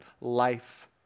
life